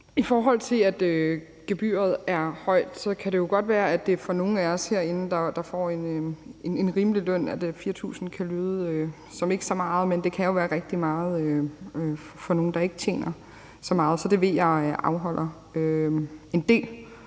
angår det, at gebyret er højt, så kan det jo godt være, at 4.000 kr. for nogle af os herinde, der får en rimelig løn, ikke lyder som så meget, men det kan jo være rigtig meget for nogle, der ikke tjener så meget, og jeg ved, at det afholder en del